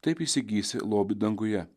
taip įsigysi lobį danguje